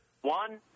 one